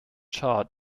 chart